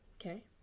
Okay